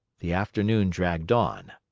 the afternoon dragged on.